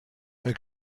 ein